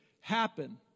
happen